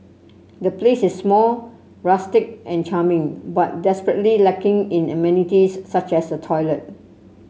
the place is small rustic and charming but desperately lacking in amenities such as a toilet